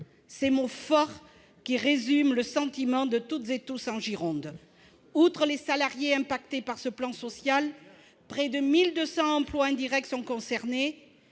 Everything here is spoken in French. Ces mots forts résument le sentiment de toutes et tous en Gironde. Outre les salariés affectés par ce plan social, près de 1 200 emplois indirects sont concernés.